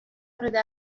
عقیده